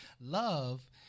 Love